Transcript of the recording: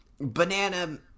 banana